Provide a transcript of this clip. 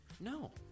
No